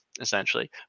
essentially